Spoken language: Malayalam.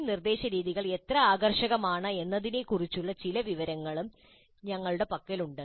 ഈ നിർദ്ദേശരീതികൾ എത്ര ആകർഷകമാണ് എന്നതിനെക്കുറിച്ചുള്ള ചില വിവരങ്ങളും ഞങ്ങളുടെ പക്കലുണ്ട്